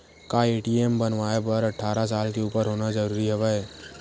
का ए.टी.एम बनवाय बर अट्ठारह साल के उपर होना जरूरी हवय?